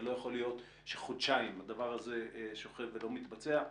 ולא יכול להיות שחודשיים הדבר הזה שוכב ולא מתבצע.